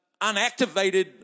unactivated